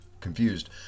confused